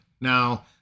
now